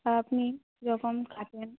আপনি যখন কাটেন